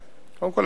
קודם כול,